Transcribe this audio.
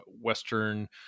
Western